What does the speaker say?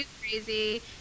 crazy